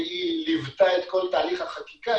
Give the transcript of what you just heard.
והיא ליוותה את כל תהליך החקיקה,